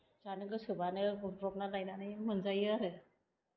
जानो गोसोबानो गुरब्रुबनानै लायनानै मोनजायो आरो